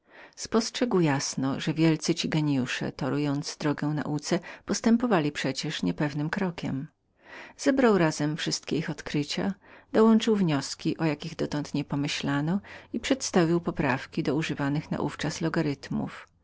spostrzegł jasno że wielcy ci gienijusze otwierając drogę nauki postępowali przecie niepewnym krokiem zebrał razem wszystkie ich odkrycia dołączył wnioski o jakich dotąd nie pomyślano i przedstawił uproszczenia do pojawiających się naówczas